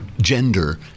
gender